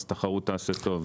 אז התחרות תעשה טוב.